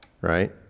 Right